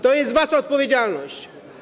To jest wasza odpowiedzialność.